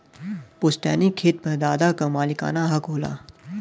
पुस्तैनी खेत पर दादा क मालिकाना हक होला